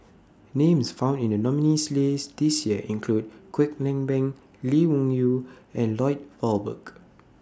Names found in The nominees' list This Year include Kwek Leng Beng Lee Wung Yew and Lloyd Valberg